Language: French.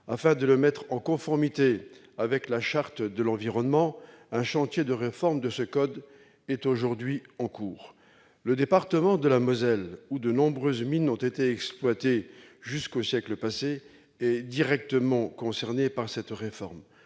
Afin de le mettre en conformité avec la Charte de l'environnement, un chantier de réforme est aujourd'hui en cours. Le département de la Moselle, où de nombreuses mines ont été exploitées jusqu'au siècle passé, est directement concerné par cette réforme.